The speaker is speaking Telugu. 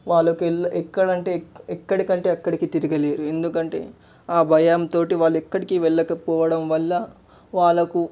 వాళ్ళకు ఇళ్ళ ఎక్కడంటే ఎక్కడికంటే అక్కడకి తిరగలేరు ఎందుకంటే ఆ భయంతో వాళ్ళెక్కడికి వెళ్ళకపోవడం వల్ల వాళ్ళకు